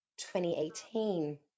2018